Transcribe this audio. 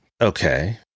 Okay